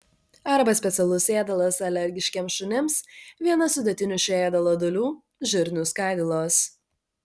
arba specialus ėdalas alergiškiems šunims viena sudėtinių šio ėdalo dalių žirnių skaidulos